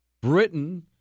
Britain